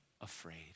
afraid